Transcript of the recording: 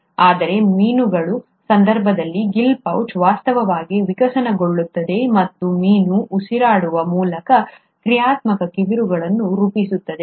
ಆದರೆ ಮೀನುಗಳ ಸಂದರ್ಭದಲ್ಲಿ ಗಿಲ್ ಪೌಚ್ ವಾಸ್ತವವಾಗಿ ವಿಕಸನಗೊಳ್ಳುತ್ತದೆ ಮತ್ತು ಮೀನು ಉಸಿರಾಡುವ ಮೂಲಕ ಕ್ರಿಯಾತ್ಮಕ ಕಿವಿರುಗಳನ್ನು ರೂಪಿಸುತ್ತದೆ